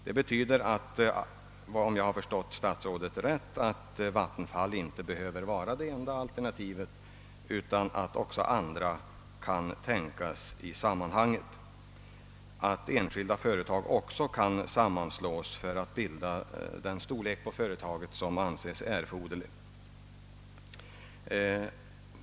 Det betyder — om jag har förstått herr statsrådet rätt — att vattenfallsverket inte behöver vara det enda alternativet utan att också andra företag kan tänkas komma i fråga i detta sammanhang och att enskilda företag också kan sammanslås för att bilda företag av den storlek som anses erforderlig.